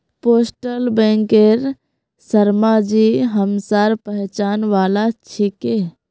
postal बैंकेर शर्माजी हमसार पहचान वाला छिके